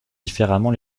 différemment